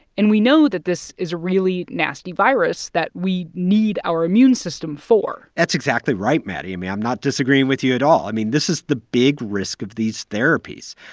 and we know that this is a really nasty virus that we need our immune system for that's exactly right, maddie. i mean, i'm not disagreeing with you at all. i mean, this is the big risk of these therapies.